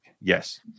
Yes